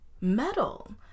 Metal